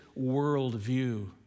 worldview